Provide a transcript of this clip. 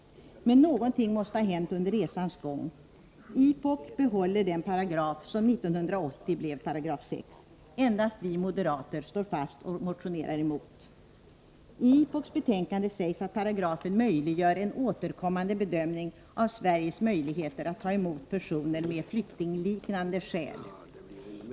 Men någonting måste ha hänt under resans gång — IPOK behåller den paragraf som 1980 blev 6 §. Endast vi moderater står fast och motionerar emot. I IPOK:s betänkande sägs att paragrafen möjliggör en återkommande bedömning av Sveriges möjligheter att ta emot personer med flyktingliknande skäl.